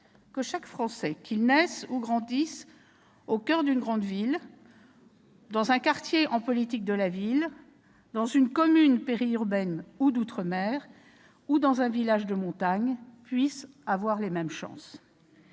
que chaque Français, qu'il naisse ou grandisse au coeur d'une grande ville, dans un quartier en politique de la ville, dans une commune périurbaine ou d'outre-mer ou dans un village de montagne, puisse avoir les mêmes chances.